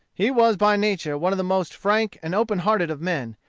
he was by nature one of the most frank and open-hearted of men,